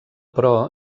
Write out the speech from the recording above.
però